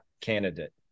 candidate